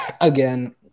Again